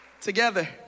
together